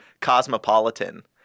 cosmopolitan